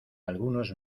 algunos